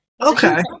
Okay